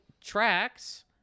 tracks